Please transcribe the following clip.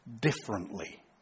differently